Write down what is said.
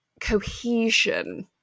cohesion